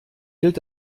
gilt